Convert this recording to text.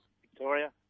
victoria